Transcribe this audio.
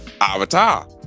Avatar